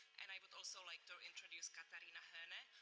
and i would also like to introduce katherina hoene, ah